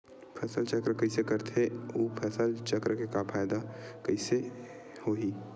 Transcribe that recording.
फसल चक्र कइसे करथे उ फसल चक्र के फ़ायदा कइसे से होही?